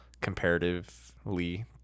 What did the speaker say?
comparatively